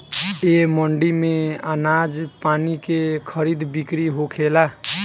ए मंडी में आनाज पानी के खरीद बिक्री होखेला